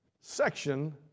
section